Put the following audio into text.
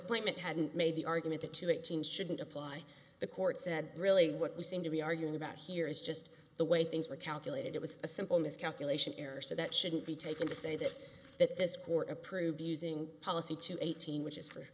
claimant hadn't made the argument that two eighteen shouldn't apply the court said really what we seem to be arguing about here is just the way things were calculated it was a simple miscalculation error so that shouldn't be taken to say that that this court approved of using policy to eighteen which is for